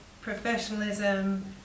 professionalism